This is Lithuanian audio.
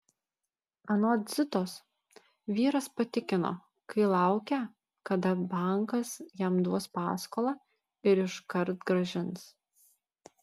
anot zitos vyras patikino kai laukia kada bankas jam duos paskolą ir iškart grąžins